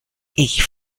ich